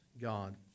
God